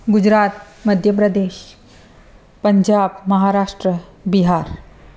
Gujarat Madhya Pradesh Punjab Maharashtra Bihar